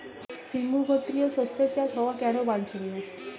সিম্বু গোত্রীয় শস্যের চাষ হওয়া কেন বাঞ্ছনীয়?